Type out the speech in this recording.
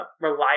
rely